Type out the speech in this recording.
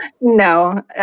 No